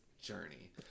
Journey